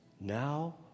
Now